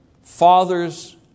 fathers